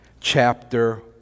chapter